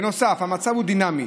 בנוסף, המצב הוא דינמי.